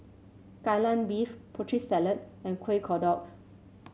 Kai Lan Beef Putri Salad and Kuih Kodok